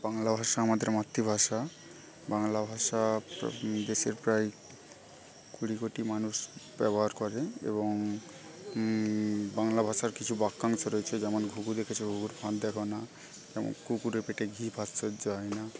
বাংলা ভাষা আমাদের মাতৃভাষা বাংলা ভাষা দেশের প্রায় কুড়ি কোটি মানুষ ব্যবহার করে এবং বাংলা ভাষার কিছু বাক্যাংশ রয়েছে যেমন ঘুঘু দেখছো ফাঁদ দেখোনা কুকুরের পেটে ঘি ভাত সহ্য হয় না